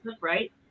right